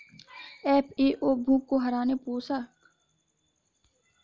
FAO भूख को हराने, पोषण, खाद्य सुरक्षा में सुधार के अंतरराष्ट्रीय प्रयासों का नेतृत्व करती है